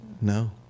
No